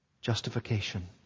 Justification